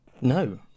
No